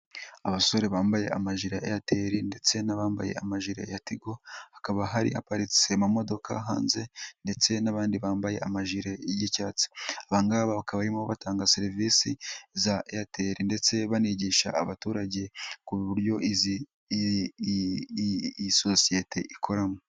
Abasore bambaye amajiri ya Airtel ndetse n'abambaye amaji ya Tigo, hakaba hari haparitse amamodoka hanze, ndetse n'abandi bambaye amajiri y'icyatsi. Aba ngaba bakaba ari bo batanga serivisi za Airtel ndetse bakanigisha abaturage uburyo iyo sosiyete ikoramo.